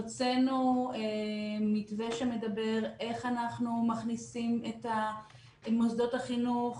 הוצאנו מתווה שמדבר על איך אנחנו מכניסים את מוסדות החינוך